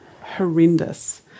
horrendous